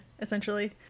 essentially